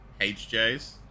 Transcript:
HJ's